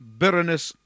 bitterness